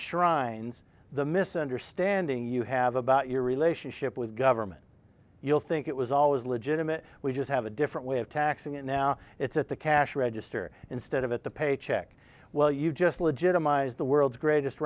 insurance the misunderstanding you have about your relationship with government you'll think it was always legitimate we just have a different way of taxing it now it's at the cash register instead of at the paycheck well you just legitimize the world's greatest